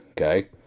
okay